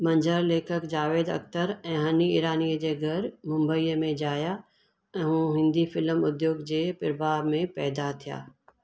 मंजार लेखकु जावेद अख्तर ऐं हनी ईरानीअ जे घरु मुंबईअ में जाया ऐं हू हिंदी फिल्म उद्योग जे प्रभाउ में पैदा थिया